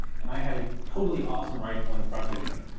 and i have a totally awesome rifle in front of me.